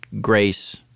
grace